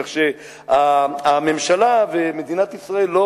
כך שהממשלה ומדינת ישראל לא